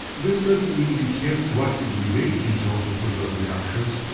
this doesn't mean you can't selectively make ketones with grignard reactions.